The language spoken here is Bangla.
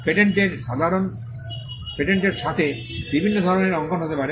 পেটেন্টের সাথে বিভিন্ন ধরণের অঙ্কন হতে পারে